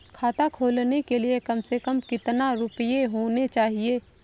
खाता खोलने के लिए कम से कम कितना रूपए होने चाहिए?